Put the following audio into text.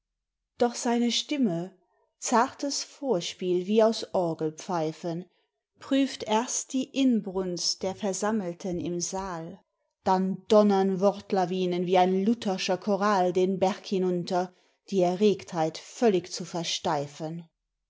doch seine stimme zartes vorspiel wie aus orgelpfeifen prüft erst die inbrunst der versammelten im saal dann donnern wortlawinen wie ein lutherscher choral den berg hinunter die erregtheit völlig zu versteifen